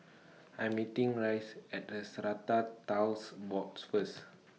I'm meeting Reese At The Strata Titles Boards First